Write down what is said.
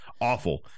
awful